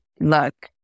Look